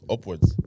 Upwards